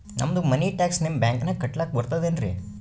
ನಮ್ದು money tax ನಿಮ್ಮ ಬ್ಯಾಂಕಿನಾಗ ಕಟ್ಲಾಕ ಬರ್ತದೇನ್ರಿ?